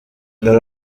dore